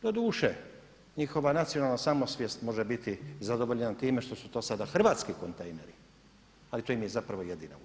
Doduše, njihova nacionalna samosvijest može biti zadovoljena time što su to sada hrvatski kontejneri ali to im je zapravo jedina utjeha.